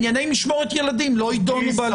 ענייני משמורת ילדים לא יידונו בהליכים.